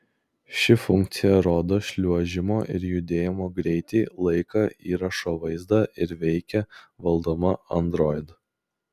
ši funkcija rodo šliuožimo ir judėjimo greitį laiką įrašo vaizdą ir veikia valdoma android